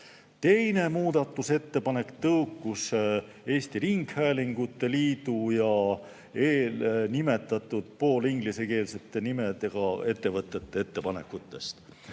Teine muudatusettepanek tõukus Eesti Ringhäälingute Liidu ja eelnimetatud pooleldi ingliskeelse nimega ettevõtete ettepanekutest.